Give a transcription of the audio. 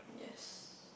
yes